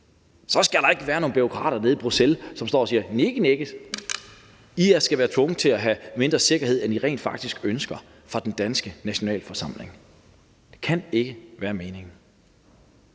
Så skal der ikke være nogen bureaukrater nede i Bruxelles, som står og siger: Næh, nej, I skal være tvunget til at have mindre sikkerhed, end I rent faktisk ønsker i den danske nationalforsamling. Det kan ikke være meningen.